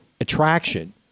attraction